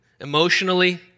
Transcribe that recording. emotionally